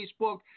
Facebook